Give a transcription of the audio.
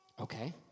Okay